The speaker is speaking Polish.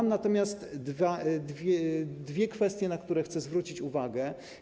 Są natomiast dwie kwestie, na które chcę zwrócić uwagę.